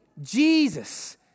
Jesus